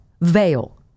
veil